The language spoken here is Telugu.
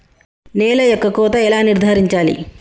నేల యొక్క కోత ఎలా నిర్ధారించాలి?